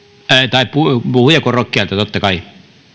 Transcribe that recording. tai puhujakorokkeelta totta kai